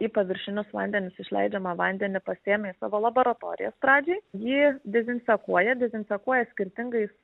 į paviršinius vandenis išleidžiamą vandenį pasiėmė į savo laboratorijas pradžiai jį dezinfekuoja dezinfekuoja skirtingais